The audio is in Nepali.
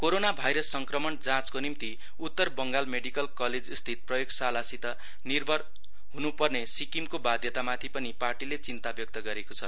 कोरोना भाइरस संक्रमण जाँचको निम्ति उत्तर बङ्गल मेडिकल कलेजस्थित प्रयोगशालासित निर्भर हुनुपर्ने सिक्किमको बाध्यतामाथि पनि पार्टीले चिन्ता व्यक्त गरेको छ